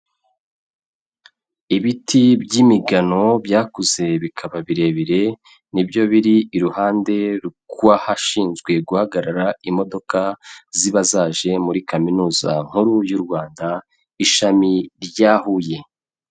Ibiti by'imigano byakuze bikaba birebire ni byo biri iruhande rw'ahashinzwe guhagarara imodoka ziba zaje muri kaminuza nkuru y'u Rwanda, ishami rya Huye.